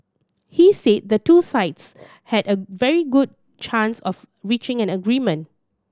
he said the two sides had a very good chance of reaching an agreement